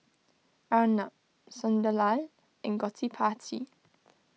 Arnab Sunderlal in Gottipati